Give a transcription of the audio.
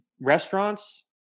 restaurants